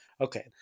Okay